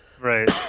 Right